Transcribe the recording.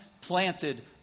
planted